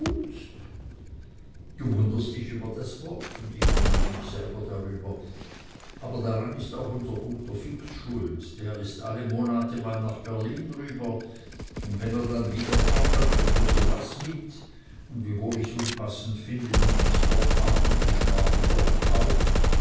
du wunderst dich über das wort und ich wundre mich selber darüber aber daran ist auch unser guter fix schuld der ist alle monat mal nach berlin rüber und wenn er dann wiederkommt dann bringt er so was mit und wiewohl ich's unpassend finde nehm ich's doch an und die schmargendorf auch